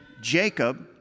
Jacob